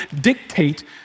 dictate